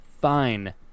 fine